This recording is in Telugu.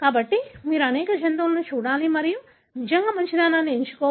కాబట్టి మీరు అనేక జంతువులను చూడాలి మరియు నిజంగా మంచిదాన్ని ఎంచుకోవాలి